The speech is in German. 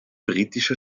britische